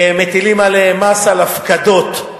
ומטילים עליהם מס על הפקדות.